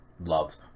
Loves